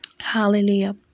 Hallelujah